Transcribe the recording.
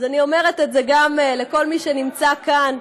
אז אני אומרת את זה גם לכל מי שנמצא כאן: